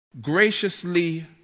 graciously